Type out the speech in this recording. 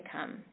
come